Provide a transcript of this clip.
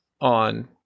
on